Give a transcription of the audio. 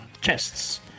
chests